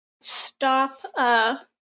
stop